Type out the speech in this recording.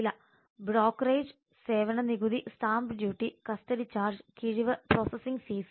വില ബ്രോക്കറേജ് സേവന നികുതി സ്റ്റാമ്പ് ഡ്യൂട്ടി കസ്റ്റഡി ചാർജ് കിഴിവ് പ്രോസസ്സിംഗ് ഫീസ്